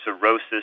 cirrhosis